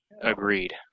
Agreed